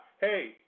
Hey